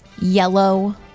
yellow